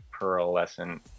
pearlescent